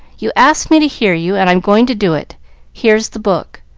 you asked me to hear you, and i'm going to do it here's the book.